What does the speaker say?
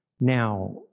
Now